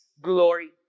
glory